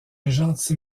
gentil